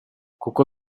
kuko